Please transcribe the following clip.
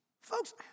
Folks